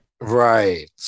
Right